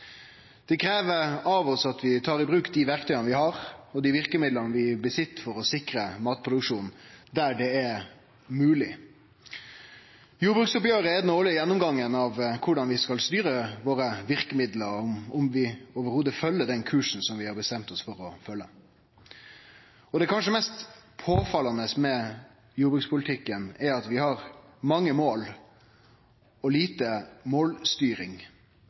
Det krev av oss at vi tar i bruk dei verktøya og verkemidla vi har for å sikre matproduksjon der det er mogleg. Jordbruksoppgjeret er den årlege gjennomgangen av korleis vi skal styre verkemidla, og om vi i det heile følgjer kursen vi har bestemt oss for å følgje. Det kanskje mest påfallande med jordbrukspolitikken er at vi har mange mål og lite målstyring.